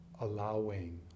allowing